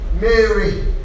Mary